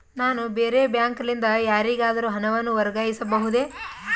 ನಾನು ಬೇರೆ ಬ್ಯಾಂಕ್ ಲಿಂದ ಯಾರಿಗಾದರೂ ಹಣವನ್ನು ವರ್ಗಾಯಿಸಬಹುದೇ?